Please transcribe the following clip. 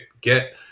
get